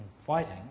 fighting